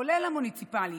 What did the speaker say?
כולל המוניציפלית,